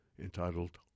entitled